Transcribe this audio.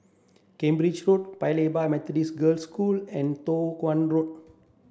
Cambridge Road Paya Lebar Methodist Girls' School and Teo Hong Road